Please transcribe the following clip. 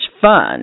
fun